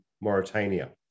Mauritania